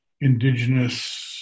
indigenous